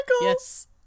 Yes